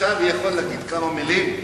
אפשר להגיד כמה מלים?